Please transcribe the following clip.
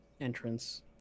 entrance